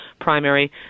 primary